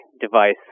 device